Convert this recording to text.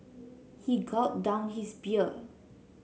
he gulped down his beer